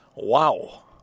Wow